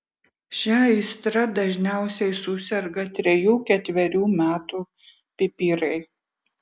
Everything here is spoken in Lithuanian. šia aistra dažniausiai suserga trejų ketverių metų pipirai